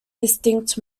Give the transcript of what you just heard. distinct